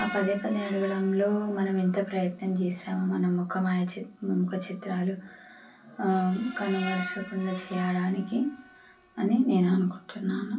ఆ పదే పదే అడగడంలో మనం ఎంత ప్రయత్నం చేసామో మనం ముఖ మాయ ముఖ చిత్రాలు కనిపించకుండా చేయడానికి అని నేను అనుకుంటున్నాను